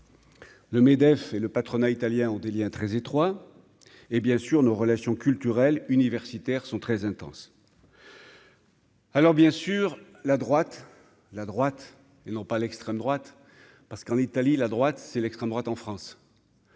Le MEDEF et le patronat italien, ont des Liens très étroits, hé bien sûr nos relations culturelles, universitaires sont très intense. Alors bien sûr, la droite, la droite, ils n'ont pas l'extrême droite, parce qu'en Italie, la droite, c'est l'extrême droite en France.